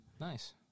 Nice